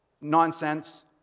nonsense